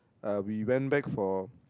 uh we went back for